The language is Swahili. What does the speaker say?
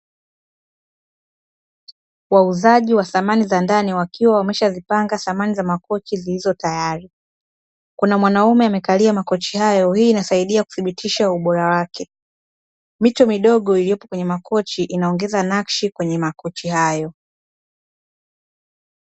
Wauzaji wa samani za ndani, wakiwa wameshazipanga samani za makochi zilizo tayari, kuna mwanaume amekalia makochi hayo. Hii inasaidia kuthibitisha ubora wake, mito midogo iliyopo kwenye makochi inaongeza nakshi kwenye makochi hayo.